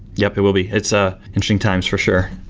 yeah it will be. it's ah interesting times for sure